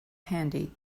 handy